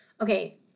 Okay